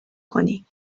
کنی